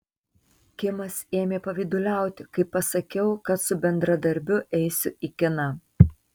kimas ėmė pavyduliauti kai pasakiau kad su bendradarbiu eisiu į kiną